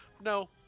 No